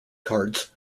cards